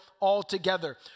altogether